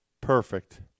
Perfect